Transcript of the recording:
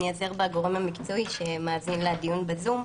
אני איעזר בגורם המקצועי שמאזין לדיון בזום.